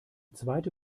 zweite